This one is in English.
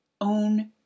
own